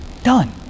done